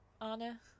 Anna